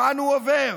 כאן הוא עובר".